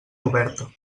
oberta